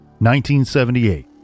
1978